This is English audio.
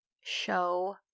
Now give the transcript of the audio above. show